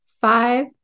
Five